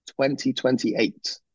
2028